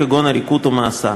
כגון עריקות או מאסר.